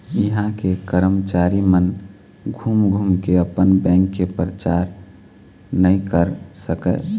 इहां के करमचारी मन घूम घूम के अपन बेंक के परचार नइ कर सकय